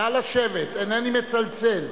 אינני מצלצל.